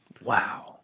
Wow